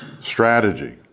strategy